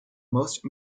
most